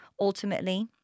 Ultimately